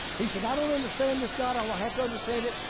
he said, i don't understand this, god. i don't have to understand it.